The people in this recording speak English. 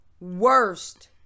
worst